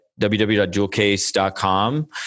www.jewelcase.com